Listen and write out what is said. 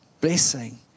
blessing